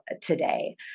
today